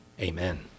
Amen